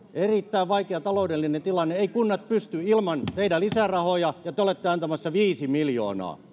erittäin vaikea taloudellinen tilanne eivät kunnat siihen pysty ilman teidän lisärahoja ja te olette antamassa viisi miljoonaa